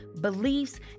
beliefs